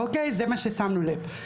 זה מה ששמנו לב.